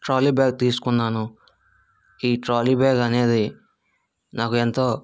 trolley bag తీసుకున్నాను ఈ trolley bag అనేది నాకు ఎంతో